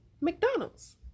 McDonald's